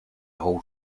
whole